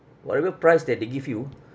whatever price that they give you